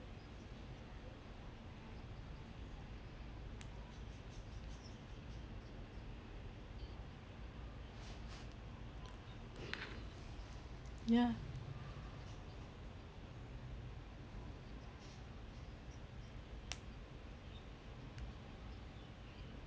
ya